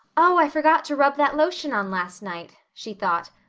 oh, i forgot to rub that lotion on last night, she thought.